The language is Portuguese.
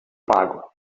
pago